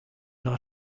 not